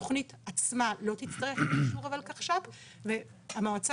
התכנית עצמה לא תצטרך את אישור הוולקחש"פ והמועצה